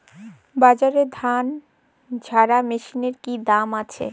বাজারে ধান ঝারা মেশিনের কি দাম আছে?